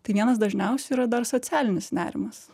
tai vienas dažniausių yra dar socialinis nerimas